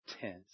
tense